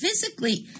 physically